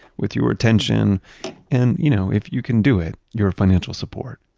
with your attention and, you know, if you can do it, your financial support.